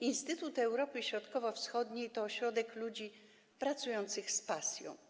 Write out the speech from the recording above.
Instytut Europy Środkowo-Wschodniej to ośrodek ludzi pracujących z pasją.